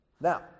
Now